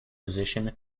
position